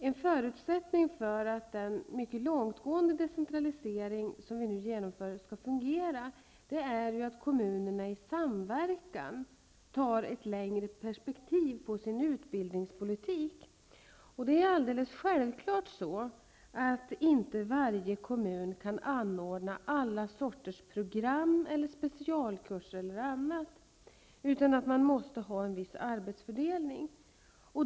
En förutsättning för att den mycket långtgående decentralisering som vi nu genomför skall fungera är att kommunerna i samverkan ser sin utbildningspolitik i ett längre perspektiv. Självfallet kan inte varje kommmun anordna alla sorters program, specialkurser eller annan utbildning, utan man måste ha en viss arbetsfördelning.